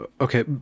Okay